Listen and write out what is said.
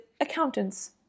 accountants